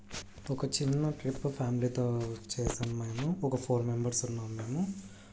ఒక చిన్న ట్రిప్ ఫ్యామిలీతో చేసాం మేము ఒక ఫోర్ మెంబర్స్ ఉన్నాం మేము